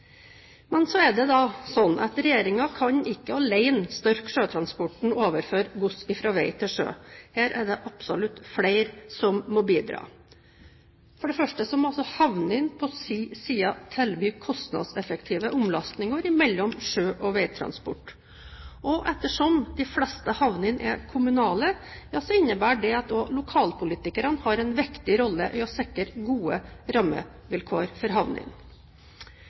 Men så er det sånn at regjeringen kan ikke alene styrke sjøtransporten og overføre gods fra vei til sjø. Her er det absolutt flere som må bidra. For det første må havnene på sin side tilby kostnadseffektive omlastninger mellom sjø- og veitransport, og ettersom de fleste havnene er kommunale, innebærer det at også lokalpolitikerne har en viktig rolle i å sikre gode rammevilkår for